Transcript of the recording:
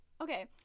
Okay